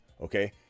Okay